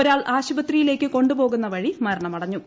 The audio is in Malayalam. ഒരാൾ ആശുപത്രിയിലേക്ക് കൊണ്ടുപോക്ടുന്ന വഴി മരണമടഞ്ഞു